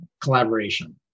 collaboration